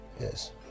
Yes